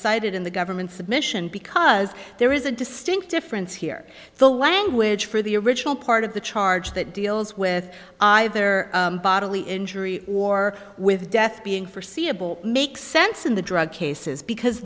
cited in the government's submission because there is a distinct difference here the language for the original part of the charge that deals with either bodily injury or with death being forseeable makes sense in the drug cases because